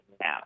now